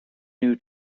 new